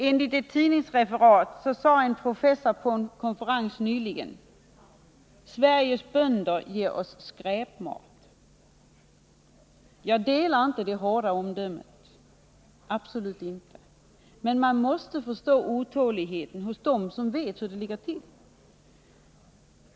Enligt ett tidningsreferat sade en professor på en konferens nyligen: Sveriges bönder ger oss skräpmat. —- Jag delar absolut inte det hårda omdömet, men man måste förstå otåligheten hos dem som vet hur det ligger till.